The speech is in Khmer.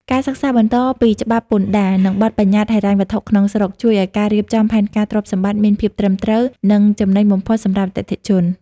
ការសិក្សាបន្តលើច្បាប់ពន្ធដារ និងបទបញ្ញត្តិហិរញ្ញវត្ថុក្នុងស្រុក ជួយឱ្យការរៀបចំផែនការទ្រព្យសម្បត្តិមានភាពត្រឹមត្រូវ និងចំណេញបំផុតសម្រាប់អតិថិជន។